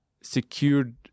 secured